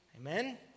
Amen